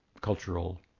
cultural